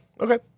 Okay